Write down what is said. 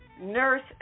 nurse